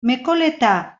mekoleta